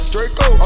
Draco